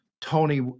Tony